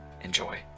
Enjoy